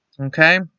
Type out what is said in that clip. Okay